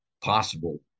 possible